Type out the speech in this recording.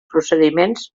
procediments